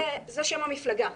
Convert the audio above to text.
זה שם המפלגה.